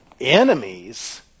enemies